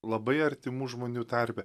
labai artimų žmonių tarpe